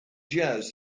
jazz